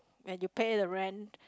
and you pay the rent